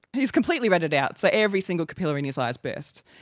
he's completely redded out, so every single capillary in his eyes burst.